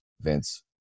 Vince